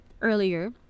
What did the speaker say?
earlier